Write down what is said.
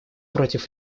против